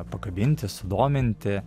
pakabinti sudominti